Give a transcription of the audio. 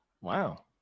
Wow